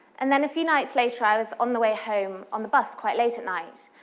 and then a few nights later, i was on the way home, on the bus, quite late at night,